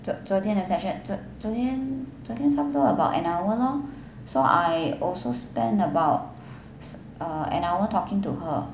昨昨天的 session 昨昨天昨天差不多 about an hour long so I also spend about an hour talking to her